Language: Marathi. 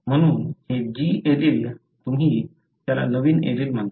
म्हणून हे G एलील तुम्ही त्याला नवीन एलील म्हणता